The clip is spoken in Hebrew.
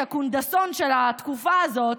הקונדסון של התקופה הזאת,